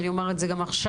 ואני אומר את זה גם עכשיו,